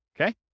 okay